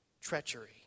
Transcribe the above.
treachery